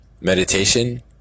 meditation